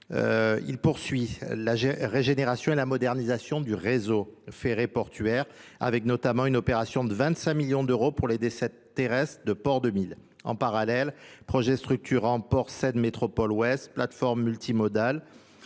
il poursuit la régénération et la modernisation du réseau ferré portuaire avec notamment une opération de 25 millions d'euros pour les décès terrestres de Port-de-Mille. En parallèle, projet structurant Port Seine métropole ouest, plateforme multimodale,